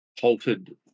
halted